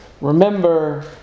Remember